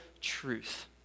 truth